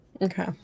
Okay